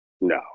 no